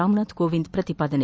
ರಾಮನಾಥ್ ಕೋವಿಂದ್ ಪ್ರತಿಪಾದನೆ